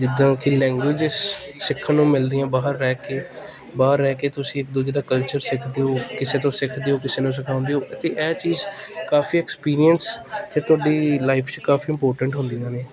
ਜਿੱਦਾਂ ਕਿ ਲੈਂਗੁਏਜੀਸ ਸਿੱਖਣ ਨੂੰ ਮਿਲਦੀਆਂ ਬਾਹਰ ਰਹਿ ਕੇ ਬਾਹਰ ਰਹਿ ਕੇ ਤੁਸੀਂ ਇੱਕ ਦੂਜੇ ਦਾ ਕਲਚਰ ਸਿੱਖਦੇ ਹੋ ਕਿਸੇ ਤੋਂ ਸਿੱਖਦੇ ਹੋ ਕਿਸੇ ਨੂੰ ਸਿਖਾਉਂਦੇ ਹੋ ਅਤੇ ਇਹ ਚੀਜ਼ ਕਾਫੀ ਐਕਸਪੀਰੀਅੰਸ ਅਤੇ ਤੁਹਾਡੀ ਲਾਈਫ 'ਚ ਕਾਫੀ ਇੰਪੋਰਟੈਂਟ ਹੁੰਦੀਆਂ ਨੇ